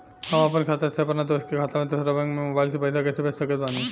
हम आपन खाता से अपना दोस्त के खाता मे दोसर बैंक मे मोबाइल से पैसा कैसे भेज सकत बानी?